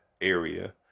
area